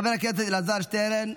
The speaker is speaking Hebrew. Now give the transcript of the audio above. חבר הכנסת אלעזר שטרן,